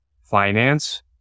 finance